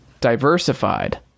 diversified